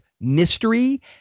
mystery